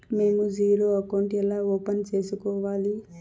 మేము zero account ఎలా open సేసుకోవాలి